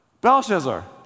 Belshazzar